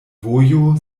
vojo